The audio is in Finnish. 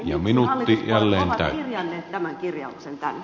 miksi hallituspuolueet ovat kirjanneet tämän kirjauksen tänne